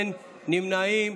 אין נמנעים.